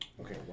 okay